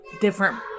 different